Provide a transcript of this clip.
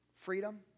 Freedom